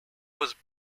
was